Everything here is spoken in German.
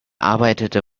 arbeitete